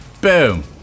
Boom